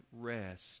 rest